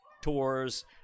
tours